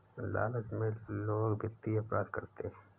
लालच में लोग वित्तीय अपराध करते हैं